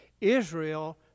Israel